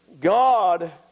God